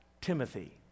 Timothy